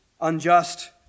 unjust